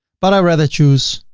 but i rather choose